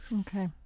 Okay